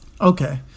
Okay